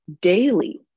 daily